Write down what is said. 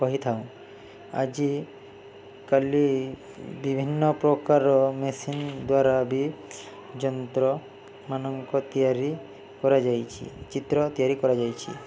କହିଥାଉ ଆଜି କାଲି ବିଭିନ୍ନ ପ୍ରକାର ମେସିନ୍ ଦ୍ୱାରା ବି ଯନ୍ତ୍ରମାନଙ୍କ ତିଆରି କରାଯାଇଛି ଚିତ୍ର ତିଆରି କରାଯାଇଛି